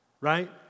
right